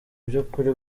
by’ukuri